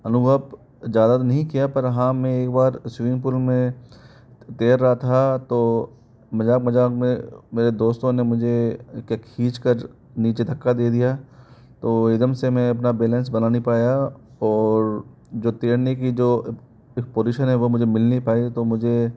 अनुभव ज़्यादा नहीं किया पर हाँ मैं एक बार स्विमिंग पूल में तैर रहा था तो मज़ाक़ मज़ाक़ में मेरे दोस्तों ने मुझे खीच कर नीचे धक्का दे दिया तो एक दम से मैं अपना बैलेंस बना नहीं पाया और जो तैरने की जो एक पोजीशन है वो मुझे मिल नहीं पाई तो मुझे